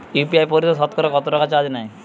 UPI পরিসেবায় সতকরা কতটাকা চার্জ নেয়?